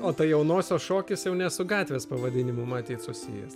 o tai jaunosios šokis jau ne su gatvės pavadinimu matyt susijęs